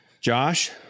Josh